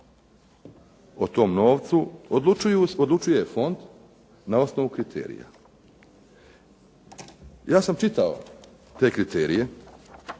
o tom novcu odlučuje fond na osnovu kriterija. Ja sam čitao te kriterije